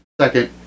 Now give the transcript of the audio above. Second